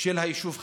של היישוב חריש.